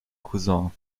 cousin